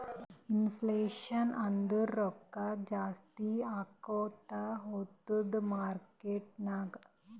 inflation ಅಂದುರ್ ರೊಕ್ಕಾ ಜಾಸ್ತಿ ಆಕೋತಾ ಹೊತ್ತುದ್ ಮಾರ್ಕೆಟ್ ನಾಗ್